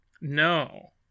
No